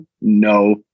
No